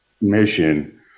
mission